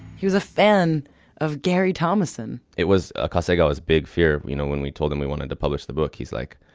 he was a fan of gary thomasson. it was akasegawa's big fear you know, when we told him we wanted to publish the book he's like,